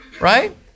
right